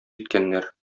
иткәннәр